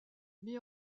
mis